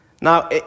Now